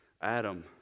Adam